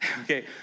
Okay